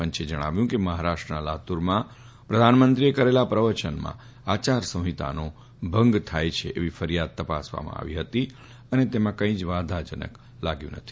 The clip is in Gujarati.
પંચે જણાવ્યું છે કે મફારાષ્ટ્રના લાતુરમાં પ્રધાનમંત્રીએ કરેલા પ્રવચનમાં આચાર સંહિતાનો ભંગ થાથ છે એવી ફરિયાદને તપાસવામાં આવી હતી અને તેમાં કંઈ જ વાંધાજનક લાગ્યું નથી